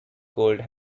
cold